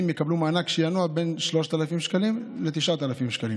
יקבלו מענק שינוע בין 3,000 שקלים ל-9,000 שקלים